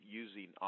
using